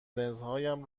لنزهایم